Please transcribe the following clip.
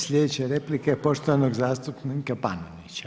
Slijedeća replika je poštovanog zastupnika Panenića.